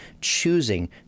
choosing